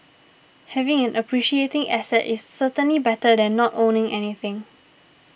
having an appreciating asset is certainly better than not owning anything